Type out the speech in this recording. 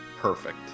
perfect